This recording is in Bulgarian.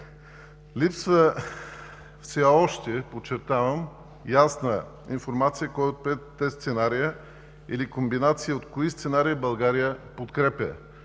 Липсва все още, подчертавам, ясна информация кой от петте сценария или комбинации от кои сценарии България подкрепя